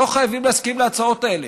לא חייבים להסכים להצעות האלה.